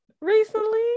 recently